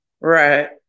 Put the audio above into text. Right